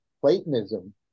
Platonism